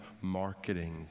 marketing